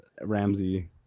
Ramsey